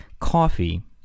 Coffee